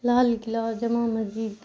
Lal Qila Jama Masjid